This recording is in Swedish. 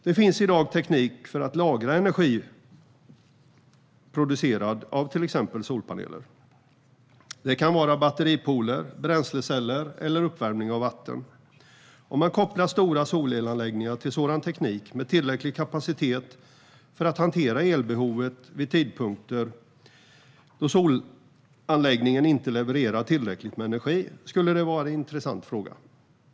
Det finns i dag teknik för att lagra energi som är producerad av till exempel solpaneler, såsom batteripooler, bränsleceller eller uppvärmning av vatten. Om man kopplar stora solelanläggningar till sådan teknik med tillräcklig kapacitet för att hantera elbehovet vid tidpunkter då solelanläggningen inte levererar tillräckligt med energi skulle det vara en intressant fråga.